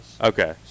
Okay